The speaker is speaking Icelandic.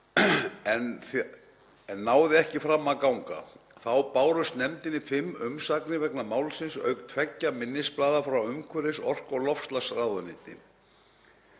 en náði ekki fram að ganga. Þá bárust nefndinni fimm umsagnir vegna málsins auk tveggja minnisblaða frá umhverfis-, orku- og loftslagsráðuneyti.